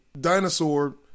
dinosaur